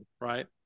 Right